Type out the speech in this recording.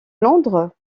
londres